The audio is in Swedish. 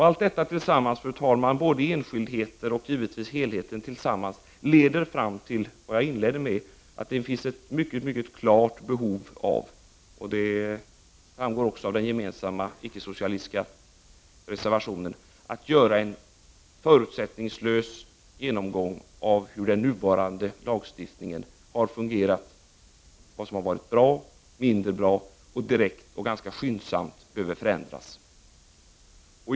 Allt detta tillsammans, fru talman, både enskildheter och helheten, leder fram till det som jag sade inledningsvis och som framgår av den gemensamma icke-socialistiska reservationen, att det finns ett mycket klart behov av en förutsättningslös genomgång av hur nuvarande lagstiftning har fungerat, vad som har varit bra och mindre bra och vad som ganska skyndsamt bör förändras.